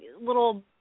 little